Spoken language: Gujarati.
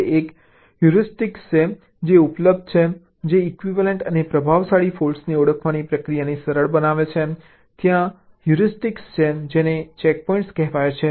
હવે એક હ્યુરિસ્ટિક છે જે ઉપલબ્ધ છે જે ઇક્વિવેલન્ટ અને પ્રભાવશાળી ફૉલ્ટ્સને ઓળખવાની પ્રક્રિયાને સરળ બનાવે છે ત્યાં હ્યુરિસ્ટિક છે જેને ચેકપોઇન્ટ્સ કહેવાય છે